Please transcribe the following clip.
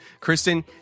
Kristen